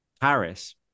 paris